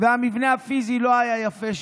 והמבנה הפיזי של הגן לא היה יפה.